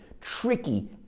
tricky